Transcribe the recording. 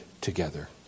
together